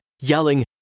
yelling